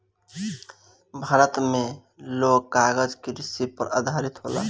भारत मे लोग कागज कृषि पर आधारित होला